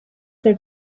their